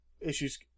issues